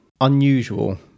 Unusual